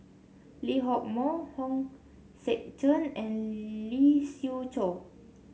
Lee Hock Moh Hong Sek Chern and Lee Siew Choh